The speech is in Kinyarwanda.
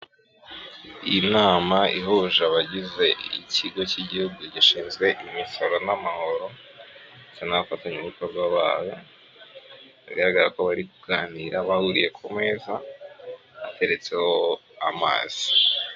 Iyi nama ihuje abagize ikigo cy'igihugu gishinzwe imisoro n'amahoro, ndetse n'abafatanyabikorwa bayo, bigaragara ko bari kuganira bahuriye ku meza bateretseho amazi.